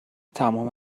تمام